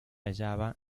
hallaba